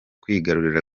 kwigarurira